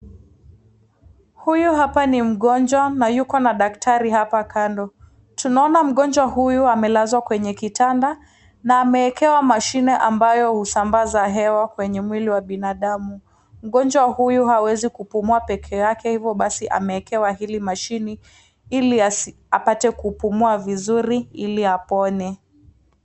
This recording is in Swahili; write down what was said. Huyu hapa ni mgnjwa na yuko na daktari hapa kando. Tunaona mgonjwa huyu amelazwa kwenye kitanda na ameekewa mashine ambayo husambaza hewa kwenye mwili wa binadamu. Mgonjwa huyu hawezi kupumua peke yake hivo basi ameekewa hili mashini ili apate kupumua vizuri ili apone.